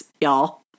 y'all